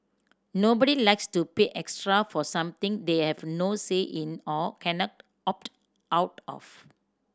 nobody likes to pay extra for something they have no say in or cannot opt out of